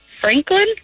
Franklin